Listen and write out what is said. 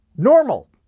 normal